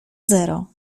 zero